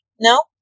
No